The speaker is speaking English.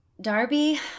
Darby